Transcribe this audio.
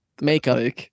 makeup